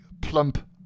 plump